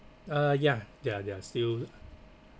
uh yeah yeah they're still